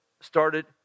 started